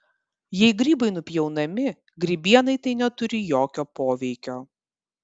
jei grybai nupjaunami grybienai tai neturi jokio poveikio